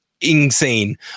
insane